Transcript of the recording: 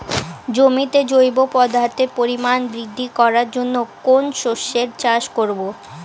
জমিতে জৈব পদার্থের পরিমাণ বৃদ্ধি করার জন্য কোন শস্যের চাষ করবো?